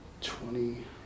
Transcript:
twenty